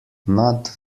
not